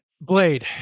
Blade